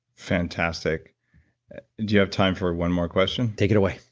fantastic. do you have time for one more question? take it away.